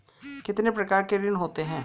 कितने प्रकार के ऋण होते हैं?